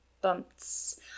Bumps